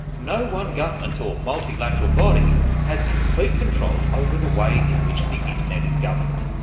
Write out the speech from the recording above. no one government or multi-lateral body has complete control over the way in which the internet is governed.